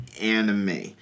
anime